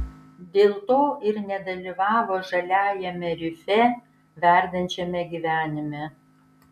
dėl to ir nedalyvavo žaliajame rife verdančiame gyvenime